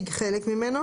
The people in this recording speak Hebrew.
להתקין תקנות.